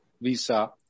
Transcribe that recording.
visa